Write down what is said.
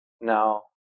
now